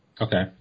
Okay